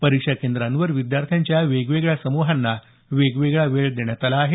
परीक्षा केंद्रावर विद्यार्थ्यांच्या वेगवेगळ्या समुहांना वेगवेगळा वेळ देण्यात आला आहे